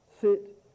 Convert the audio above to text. sit